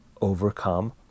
overcome